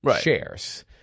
shares